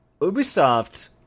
Ubisoft